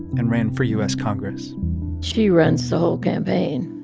and ran for u s. congress she runs the whole campaign.